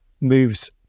moves